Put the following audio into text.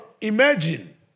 imagine